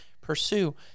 pursue